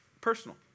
personal